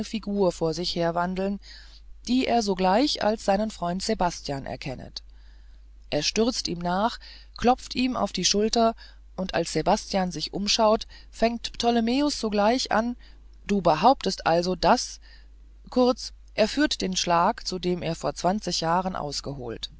figur vor sich herwandeln die er sogleich für seinen freund sebastian erkennet er stürzt ihm nach klopft ihm auf die schulter und als sebastian sich umschaut fängt ptolomäus sogleich an du behauptest also daß kurz er führt den schlag zu dem er vor zwanzig jahren ausholte